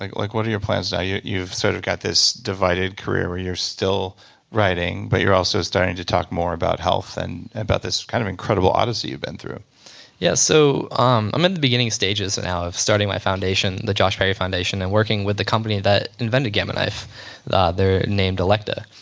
like like what are your plans and now? you've sort of got this divided career where you're still riding but you're also starting to talk more about health and about this kind of incredible odyssey you've been through yeah, so um i'm in the beginning stages and now of starting my foundation, the josh perry foundation. and working with the company that invented gamma knife they're named elekta.